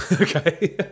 Okay